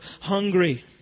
hungry